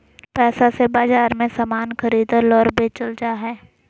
पैसा से बाजार मे समान खरीदल और बेचल जा हय